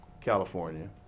California